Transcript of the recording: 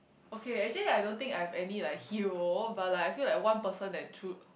okay actually I don't think I have any like hero but like I feel like one person that true